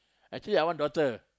actually I want daughter